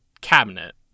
cabinet